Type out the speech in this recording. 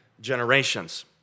generations